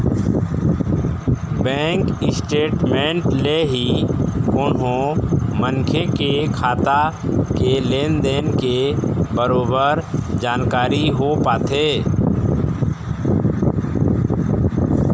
bank statement ले ही कोनो मनखे के खाता के लेन देन के बरोबर जानकारी हो पाथे